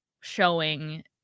showing